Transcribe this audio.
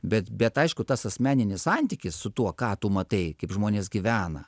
bet bet aišku tas asmeninis santykis su tuo ką tu matai kaip žmonės gyvena